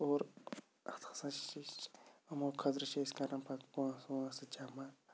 اور اَتھ ہَسا چھِ یِمو خٲطرٕ چھِ أسۍ کران پَتہٕ پونٛسہٕ وونٛسہٕ جمع